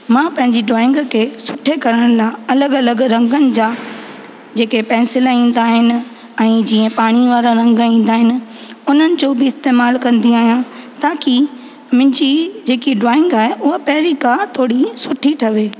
मां पंहिंजी ड्रॉईंग खे सुठे करण लाइ अलॻि अलॻि रंगनि जा जेके पेंसिल ईंदा आहिनि ऐं जीअं पाणीअ वारा रंग ईंदा आहिनि उन्हनि जो बि इस्तेमालु कंदी आहियां ताक़ी मुंहिंजी जेकी ड्रॉईंग आहे उहा पहिरीं खां थोरी सुठी ठहे